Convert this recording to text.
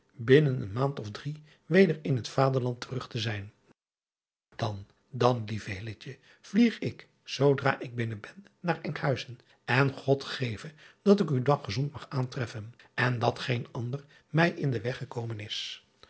binnen een maand of drie weder in het aderland terug te zijn an dan lieve vlieg ik zoodra ik binnen ben naar nkhuizen en od geve dat ik u dan gezond mag aantreffen en dat geen ander mij in den weg gekomen is